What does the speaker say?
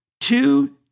two